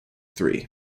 three